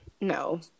No